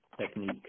technique